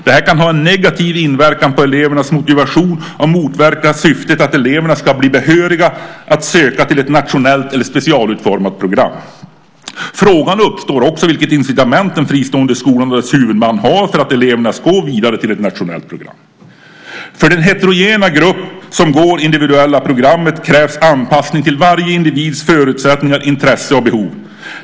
Det kan ha en negativ inverkan på elevernas motivation och motverka syftet att eleverna ska bli behöriga att söka till ett nationellt eller specialutformat program. Frågan uppstår också vilket incitament den fristående skolan och dess huvudman har för att eleverna ska gå vidare till ett nationellt program. För den heterogena grupp som går på individuella programmet krävs anpassning till varje individs förutsättningar, intresse och behov.